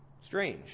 strange